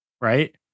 right